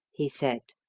he said,